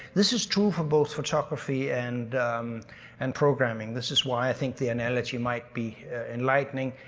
this is true for both photography and and programming, this is why i think the analogy might be enlightening.